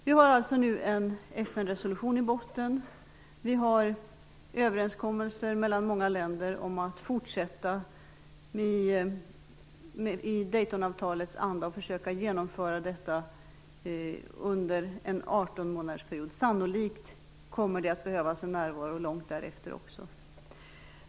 Vi har nu en FN-resolution i botten och en överenskommelse mellan många länder om att fortsätta i Daytonavtalets anda och försöka att genomföra detta under en 18 månadersperiod. Sannolikt kommer det att behövas en närvaro också långt därefter.